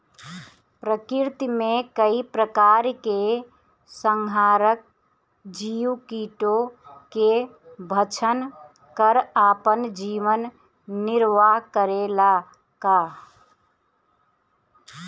प्रकृति मे कई प्रकार के संहारक जीव कीटो के भक्षन कर आपन जीवन निरवाह करेला का?